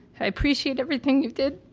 i appreciate everything you did,